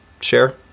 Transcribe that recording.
share